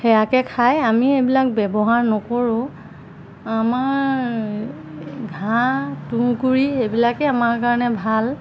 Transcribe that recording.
সেয়াকে খাই আমি এইবিলাক ব্যৱহাৰ নকৰোঁ আমাৰ ঘাঁহ তুঁহগুড়ি এইবিলাকেই আমাৰ কাৰণে ভাল